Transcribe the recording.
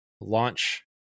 launch